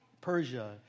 Persia